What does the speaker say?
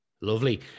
Lovely